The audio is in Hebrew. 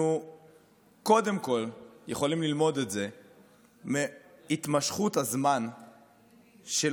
אנחנו קודם כול יכולים ללמוד את זה מהתמשכות הזמן שלוקח